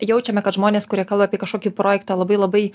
jaučiame kad žmonės kurie kalba apie kažkokį projektą labai labai